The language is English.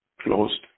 closed